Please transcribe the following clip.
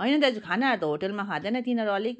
होइन दाजु खानाहरू त होटलमा खाँदैन तिनीहरू अलिक